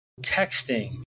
texting